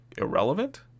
irrelevant